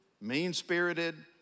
mean-spirited